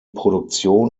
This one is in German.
produktion